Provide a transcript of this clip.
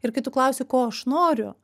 ir kai tu klausi ko aš noriu